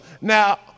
now